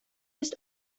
ist